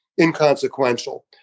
inconsequential